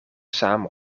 samen